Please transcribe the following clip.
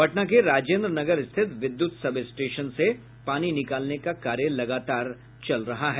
पटना के राजेन्द्र नगर स्थित विद्युत सब स्टेशनों से पानी निकालने का कार्य लगातार चल रहा है